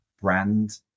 brand